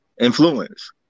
influence